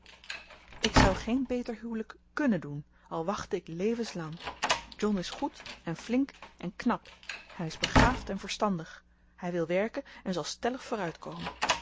ik zou geen beter huwelijk kunnen doen al wachtte ik levenslang john is goed en flink en knap hij is begaafd en verstandig hij wil werken en zal stellig